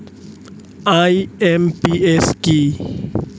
IMPS কি?